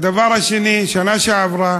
והדבר השני, בשנה שעברה